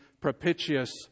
propitious